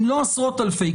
אם לא עשרות אלפי מעסיקים,